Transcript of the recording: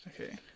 Okay